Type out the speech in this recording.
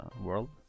world